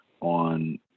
on